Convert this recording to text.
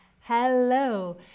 Hello